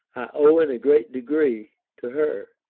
owe in a great degree to her.